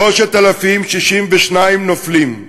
3,062 נופלים.